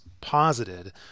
posited